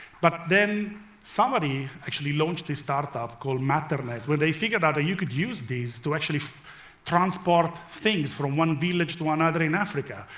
but then somebody actually launched this start-up called matternet, where they figured out that you could use this to actually transport things from one village to another in africa,